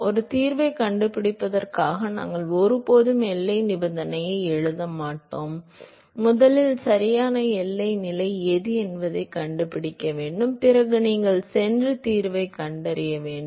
ஒரு தீர்வைக் கண்டுபிடிப்பதற்காக நாங்கள் ஒருபோதும் எல்லை நிபந்தனையை எழுத மாட்டோம் முதலில் சரியான எல்லை நிலை எது என்பதைக் கண்டுபிடி பிறகு நீங்கள் சென்று தீர்வைக் கண்டறியவும்